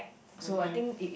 (uh huh)